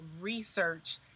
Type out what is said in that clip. research